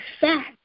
fact